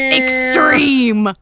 extreme